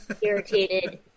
irritated